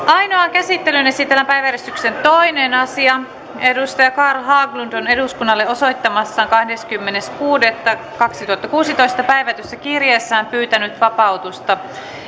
ainoaan käsittelyyn esitellään päiväjärjestyksen toinen asia carl haglund on eduskunnalle osoittamassaan kahdeskymmenes kuudetta kaksituhattakuusitoista päivätyssä kirjeessä pyytänyt vapautusta